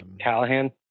Callahan